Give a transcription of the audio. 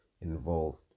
involved